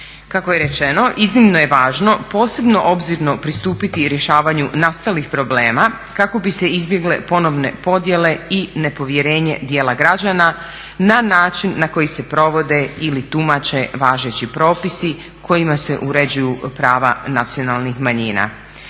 Kako je rečeno iznimno je važno posebno obzirno pristupiti rješavanju nastalih problema kako bi se izbjegle ponovne podjele i nepovjerenje dijela građana na način na koji se provode ili tumače važeći propisi kojima se uređuju prava nacionalnih manjina.